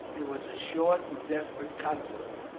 there was a short and desperate conflict.